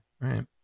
right